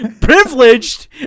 Privileged